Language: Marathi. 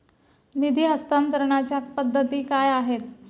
निधी हस्तांतरणाच्या पद्धती काय आहेत?